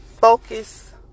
focus